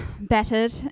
battered